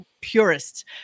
purists